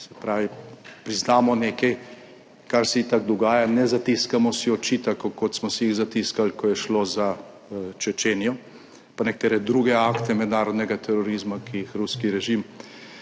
Se pravi, priznamo nekaj, kar se itak dogaja. Ne zatiskamo si oči, tako kot smo si jih zatiskali, ko je šlo za Čečenijo, pa nekatere druge akte mednarodnega terorizma, ki jih ruski režim